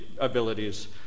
abilities